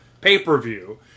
pay-per-view